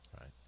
right